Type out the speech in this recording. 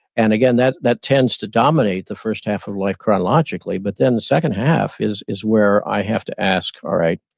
and again that that tends to dominate the first half of life, chronologically, but then the second half is is where i have to ask, alright,